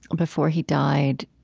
before he died,